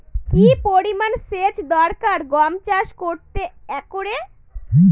কি পরিমান সেচ দরকার গম চাষ করতে একরে?